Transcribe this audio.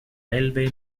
railway